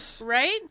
right